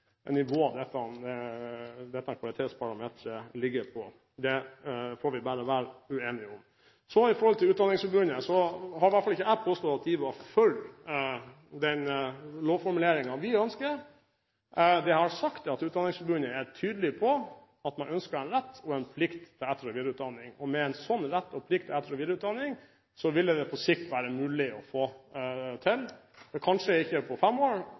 nivå dette kvalitetsparameteret ligger på. Det får vi bare være uenige om. Når det gjelder Utdanningsforbundet, har i hvert fall ikke jeg påstått at de var for lovformuleringen som vi ønsker. Det jeg har sagt, er at Utdanningsforbundet er tydelig på at de ønsker en rett og en plikt til etter- og videreutdanning. Med en slik rett og plikt til etter- og videreutdanning ville det på sikt være mulig å få til. Kanskje ikke på fem år,